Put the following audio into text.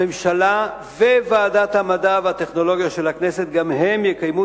הממשלה וועדת המדע והטכנולוגיה של הכנסת גם הן יקיימו